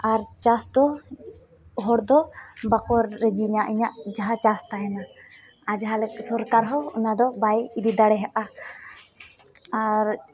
ᱟᱨ ᱪᱟᱥᱫᱚ ᱦᱚᱲᱫᱚ ᱵᱟᱠᱚ ᱨᱮᱡᱤᱧᱟ ᱤᱧᱟᱹᱜ ᱡᱟᱦᱟᱸ ᱪᱟᱥ ᱛᱟᱦᱮᱱᱟ ᱟᱨ ᱡᱟᱦᱟᱸᱞᱮᱠᱟ ᱥᱚᱨᱠᱟᱨᱦᱚᱸ ᱚᱱᱟᱫᱚ ᱵᱟᱭ ᱤᱫᱤ ᱫᱟᱲᱮᱭᱟᱜᱼᱟ ᱟᱨ